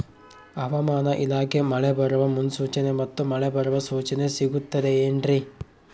ಹವಮಾನ ಇಲಾಖೆ ಮಳೆ ಬರುವ ಮುನ್ಸೂಚನೆ ಮತ್ತು ಮಳೆ ಬರುವ ಸೂಚನೆ ಸಿಗುತ್ತದೆ ಏನ್ರಿ?